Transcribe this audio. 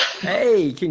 Hey